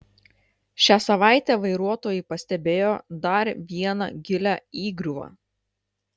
šią savaitę vairuotojai pastebėjo dar vieną gilią įgriuvą